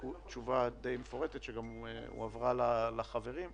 תשובה די מפורטת, שגם הועברה לחברים.